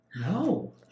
no